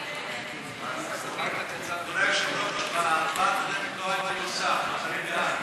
הארכת התקופה למתן עדיפות לגליל),